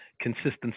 consistency